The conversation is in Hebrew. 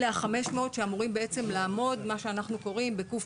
אלה ה-500 שאמורים בעצם לעמוד ב-"ק+1"